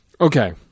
Okay